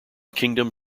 kingdom